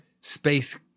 Space